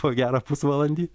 po gerą pusvalandį